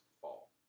fall